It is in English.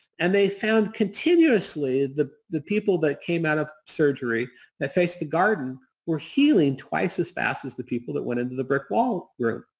and they found continuously the the people that came out of surgery that faced the garden were healing twice as fast as the people that went into the brick wall group.